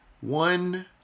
one